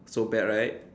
so bad right